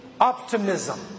optimism